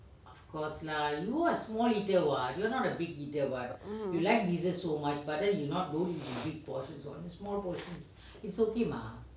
mm